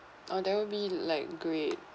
oh there will be like great